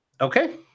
okay